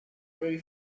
very